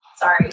Sorry